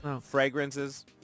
fragrances